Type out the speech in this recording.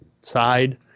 side